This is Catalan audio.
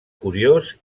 curiós